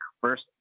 First